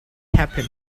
happen